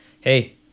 Hey